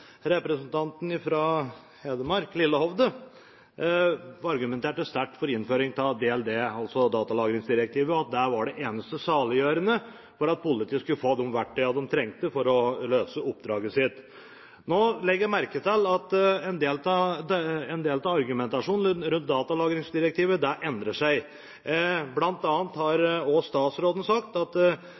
Representanten Lillehovde fra Hedmark argumenterte sterkt for innføring av DLD, datalagringsdirektivet, og at det var det eneste saliggjørende for at politiet skulle få de verktøyene de trengte for å løse oppdraget sitt. Nå legger jeg merke til at en del av argumentasjonen rundt datalagringsdirektivet endrer seg. Blant annet har statsråden sagt at